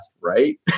right